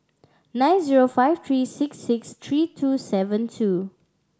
nine zero five three six six three two seven two